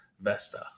Vesta